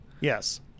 Yes